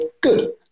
good